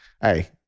hey